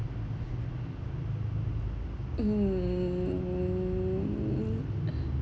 mm